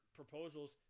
proposals